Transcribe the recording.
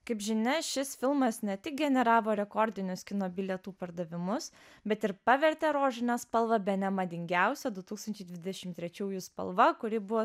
kaip žinia šis filmas ne tik generavo rekordinius kino bilietų pardavimus bet ir pavertė rožinę spalvą bene madingiausią du tūkstančiai dvidešim trečiųjų spalva kuri buvo